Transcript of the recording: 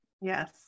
Yes